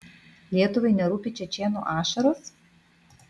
lietuvai nerūpi čečėnų ašaros